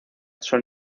son